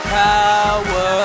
power